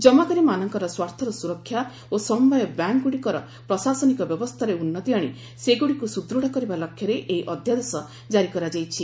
ଜମାକାରୀମାନଙ୍କର ସ୍ୱାର୍ଥର ସୁରକ୍ଷା ଓ ସମବାୟ ବ୍ୟାଙ୍କ୍ଗୁଡ଼ିକର ପ୍ରଶାସନିକ ବ୍ୟବସ୍ଥାରେ ଉନ୍ନତି ଆଣି ସେଗୁଡ଼ିକୁ ସୁଦୃଢ଼ କରିବା ଲକ୍ଷ୍ୟରେ ଏହି ଅଧ୍ୟାଦେଶ କାରି କରାଯାଇଛି